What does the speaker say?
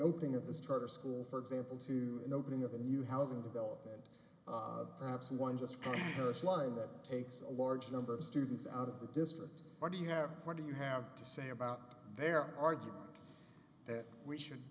opening of this charter school for example to an opening of a new housing development perhaps one just slide that takes a large number of students out of the district what do you have what do you have to say about their argument that we should